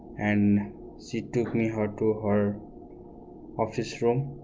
and she took me her to our office room